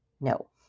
No